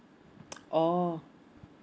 oh